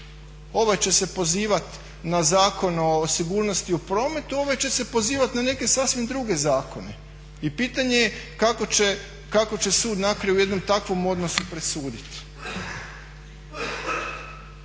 Ovaj će se pozivat na Zakon o sigurnosti u prometu, ovaj će se pozivati na neke sasvim druge zakone i pitanje je kako će sud na kraju u jednom takvom odnosu presuditi.